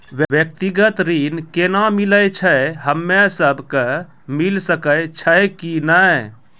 व्यक्तिगत ऋण केना मिलै छै, हम्मे सब कऽ मिल सकै छै कि नै?